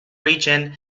region